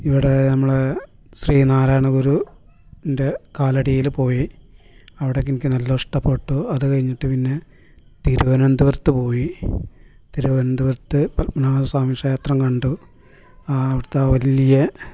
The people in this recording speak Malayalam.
ഇവിടെ നമ്മളെ ശ്രീനാരായണ ഗുരുവിൻ്റെ കാലടിയിൽ പോയി അവിടൊക്കെ എനിക്ക് നല്ല ഇഷ്ടപ്പെട്ടു അത് കഴിഞ്ഞിട്ട് പിന്നെ തിരുവനന്തപുരത്ത് പോയി തിരുവനന്തപുരത്ത് പദ്മനാഭസ്വാമി ക്ഷേത്രം കണ്ടു ആ അവിടത്തെ ആ വലിയ